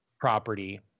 property